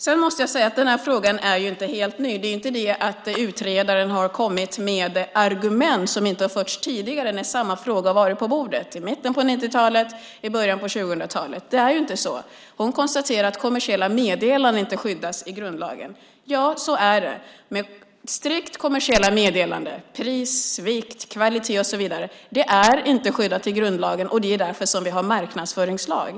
Den här frågan är inte helt ny. Det är inte det att utredaren har kommit med argument som inte har förts fram tidigare när samma fråga har varit på bordet i mitten på 1990-talet och i början på 2000-talet. Hon konstaterar att kommersiella meddelare inte skyddas i grundlagen i dag. Så är det. Strikt kommersiella meddelanden om pris, vikt, kvalitet och så vidare är inte skyddade i grundlagen. Det är därför som vi har en marknadsföringslag.